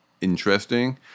interesting